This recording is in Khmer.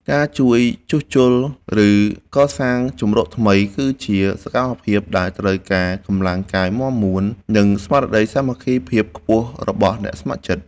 ការជួយជួសជុល ឬសាងសង់ជម្រកថ្មី គឺជាសកម្មភាពដែលត្រូវការកម្លាំងកាយមាំមួន និងស្មារតីសាមគ្គីភាពខ្ពស់របស់អ្នកស្ម័គ្រចិត្ត។